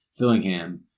Fillingham